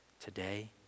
today